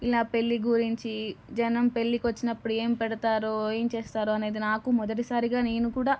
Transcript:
ఇలా పెళ్ళి గురించి జనం పెళ్ళికి వచ్చినప్పుడు ఏం పెడతారో ఏం చేస్తారో అనేది నాకు మొదటి సారిగా నేను కూడా